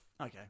Okay